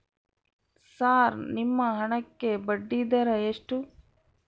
Sir ನಿಮ್ಮ ಹಣಕ್ಕೆ ಬಡ್ಡಿದರ ಎಷ್ಟು?